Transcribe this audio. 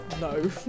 no